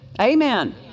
Amen